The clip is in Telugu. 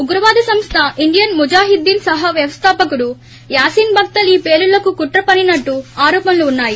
ఉగ్రవాద సంస్థ ఇండియన్ ముజాహిదీన్ సహ వ్యవస్లాపకుడు యాసిన్ భక్తల్ ఈ పేలుళ్లకు కుట్ర పన్ని నట్లు ఆరోపణలు ఉన్నాయి